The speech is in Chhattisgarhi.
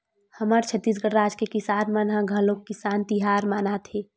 हमर छत्तीसगढ़ राज के किसान मन ह घलोक किसान तिहार मनाथे